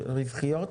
רווחיות?